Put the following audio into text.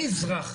אני אזרח,